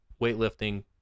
weightlifting